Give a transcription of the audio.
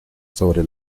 sobre